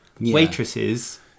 waitresses